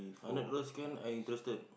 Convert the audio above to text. hundred dollars can I interested